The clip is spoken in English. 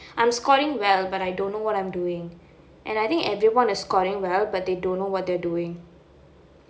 I'm scoring well but I don't know what I'm doing and I think everyone is scoring well but they don't know what they are doing